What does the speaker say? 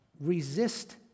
Resist